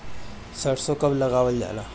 सरसो कब लगावल जाला?